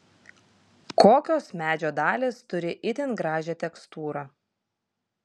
kokios medžio dalys turi itin gražią tekstūrą